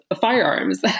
firearms